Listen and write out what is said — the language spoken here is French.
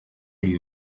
lui